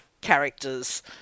characters